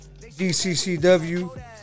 DCCW